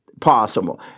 possible